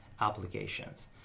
applications